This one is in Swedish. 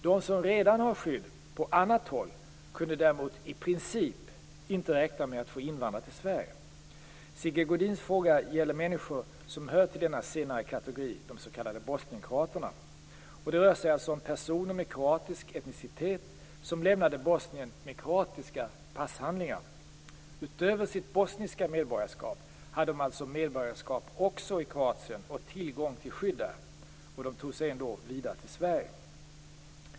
De som redan hade skydd på annat håll kunde däremot i princip inte räkna med att få invandra till Sverige. Sigge Godins fråga gäller människor som hör till denna senare kategori, de s.k. bosnienkroaterna. Det rör sig alltså om personer med kroatisk etnicitet som lämnade Bosnien med kroatiska passhandlingar. Utöver sitt bosniska medborgarskap hade de alltså medborgarskap också i Kroatien och tillgång till skydd där. De tog sig ändå vidare till Sverige.